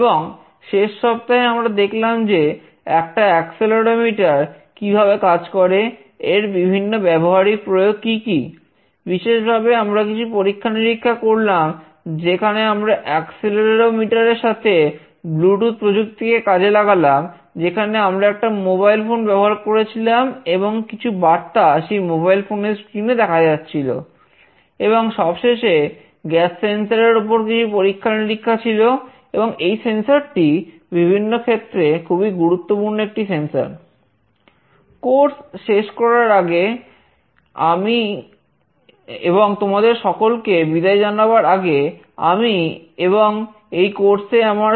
এবং শেষ সপ্তাহে আমরা দেখলাম যে একটা অ্যাক্সেলেরোমিটার